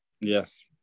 Yes